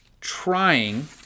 trying